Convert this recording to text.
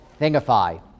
thingify